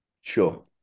Sure